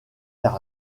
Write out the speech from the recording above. vers